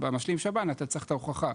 במשלים שב"ן אתה צריך את ההוכחה,